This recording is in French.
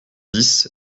dix